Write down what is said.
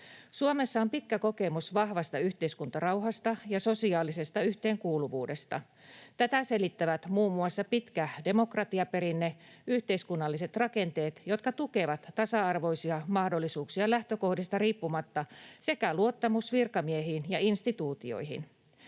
Suomessa on pitkä kokemus vahvasta yhteiskuntarauhasta ja sosiaalisesta yhteenkuuluvuudesta. Tätä selittävät muun muassa pitkä demokratiaperinne, yhteiskunnalliset rakenteet, jotka tukevat tasa-arvoisia mahdollisuuksia lähtökohdista riippumatta, sekä luottamus virkamiehiin ja instituutioihin.